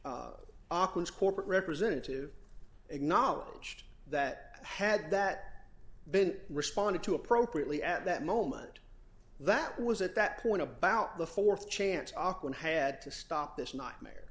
auckland's corporate representative acknowledged that had that been responded to appropriately at that moment that was at that point about the th chance auckland had to stop this nightmare